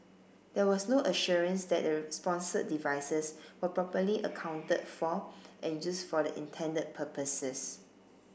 there was no assurance that the sponsored devices were properly accounted for and used for the intended purposes